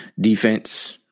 defense